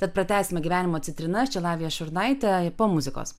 bet pratęsime gyvenimo citrina čia lavija šurnaitė po muzikos